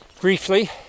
briefly